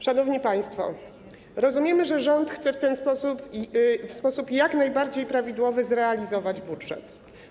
Szanowni państwo, rozumiemy, że rząd chce w ten sposób, w sposób jak najbardziej prawidłowy zrealizować budżet.